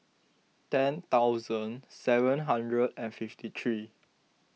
ten thousand seven hundred and fifty three